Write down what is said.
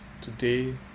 today